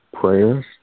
prayers